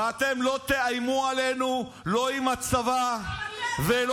ואתם לא תאיימו עלינו לא עם הצבא ולא